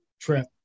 trip